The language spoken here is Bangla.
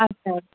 আচ্ছা